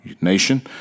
nation